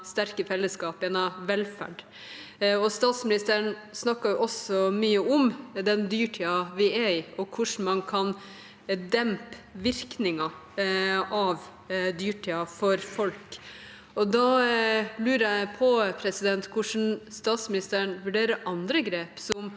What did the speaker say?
sterke fellesskap, gjennom velferd. Statsministeren snakket også mye om den dyrtiden vi er i, og hvordan man kan dempe virkningen av dyrtiden for folk. Da lurer jeg på hvordan statsministeren vurderer andre grep, som